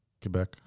Quebec